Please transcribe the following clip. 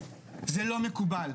זה לא מקובל,